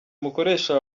umukoresha